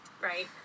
Right